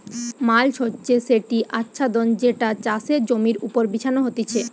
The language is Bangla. মাল্চ হচ্ছে সেটি আচ্ছাদন যেটা চাষের জমির ওপর বিছানো হতিছে